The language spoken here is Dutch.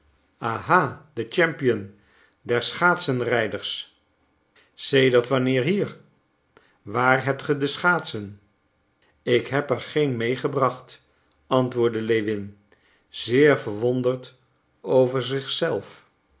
aha de champion der schaatsenrijders sedert wanneer hier waar hebt ge de schaatsen ik heb er geen meegebracht antwoordde lewin zeer verwonderd over